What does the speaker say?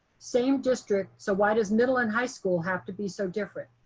same district. so why does middle and high school have to be so different?